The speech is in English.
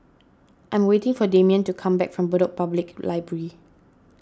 I am waiting for Demian to come back from Bedok Public Library